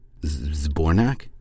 Zbornak